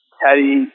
teddy